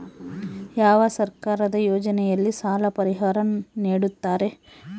ಯಾವ ಸರ್ಕಾರದ ಯೋಜನೆಯಲ್ಲಿ ಸಾಲ ಪರಿಹಾರ ನೇಡುತ್ತಾರೆ?